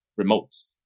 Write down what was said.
remotes